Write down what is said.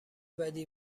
بدی